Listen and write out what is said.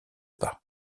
pas